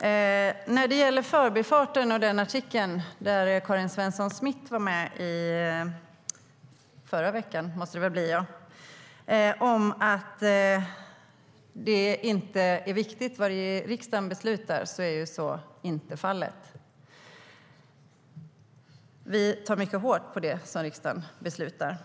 När det gäller Förbifarten och den artikeln där Karin Svensson Smith var med i förra veckan om att det inte är viktigt vad riksdagen beslutar är så inte fallet. Vi tar mycket hårt på det som riksdagen beslutar.